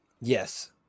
Yes